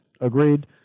agreed